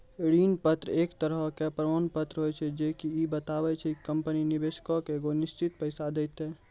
ऋण पत्र एक तरहो के प्रमाण पत्र होय छै जे की इ बताबै छै कि कंपनी निवेशको के एगो निश्चित पैसा देतै